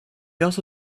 also